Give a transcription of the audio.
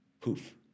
Poof